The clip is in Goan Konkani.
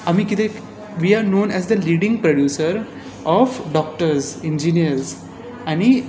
इंडिया आमी कितें we are known as the leading producer of doctors engineers आनी